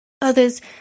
Others